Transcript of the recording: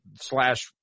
slash